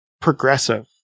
progressive